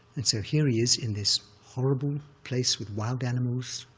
and so here he is in this horrible place with wild animals,